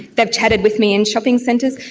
they've chatted with me in shopping centres.